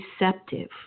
receptive